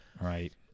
Right